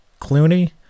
Clooney